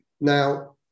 now